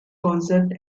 concept